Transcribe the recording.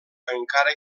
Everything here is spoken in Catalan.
encara